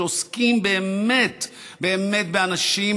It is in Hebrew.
שעוסקים באמת באמת באנשים